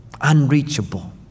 Unreachable